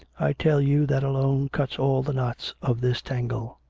i tell you that alone cuts all the knots of this tangle.